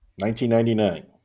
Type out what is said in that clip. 1999